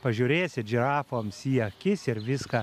pažiūrėsit žirafoms į akis ir viską